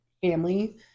family